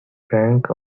frank